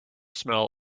smell